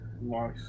Nice